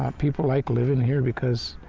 people like living here because